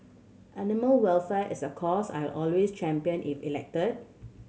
animal welfare is a cause I'll always champion if elected